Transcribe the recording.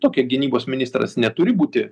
tokia gynybos ministras neturi būti